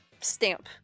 stamp